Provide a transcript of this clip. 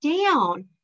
down